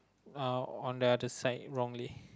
uh on the other side wrongly